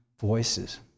Voices